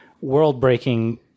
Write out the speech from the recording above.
world-breaking